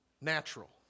natural